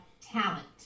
talent